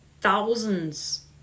thousands